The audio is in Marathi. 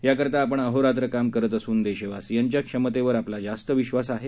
याकरता आपण अहोरात्र काम करत असून देशवासियांच्या क्षमतेवर आपला जास्त विश्वास आहे